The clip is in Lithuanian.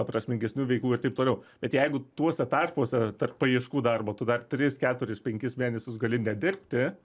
prasmingesnių veiklų ir taip toliau bet jeigu tuose tarpuose tarp paieškų darbo tu dar tris keturis penkis mėnesius gali nedirbti